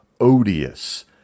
odious